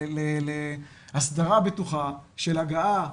להסדרה בטוחה של הגעה,